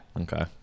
okay